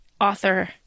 author